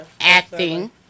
acting